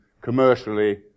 commercially